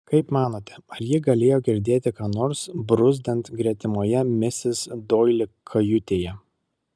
kaip manote ar ji galėjo girdėti ką nors bruzdant gretimoje misis doili kajutėje